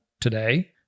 today